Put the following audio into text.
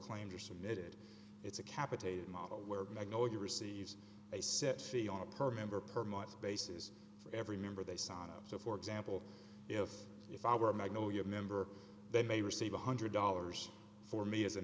claims are submitted it's a capitated model where magnolia receives a set fee on a per member per month basis for every member they sign up so for example if if i were a magnolia member they may receive one hundred dollars for me as a